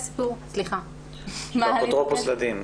לגבי אפוטרופוס לדין,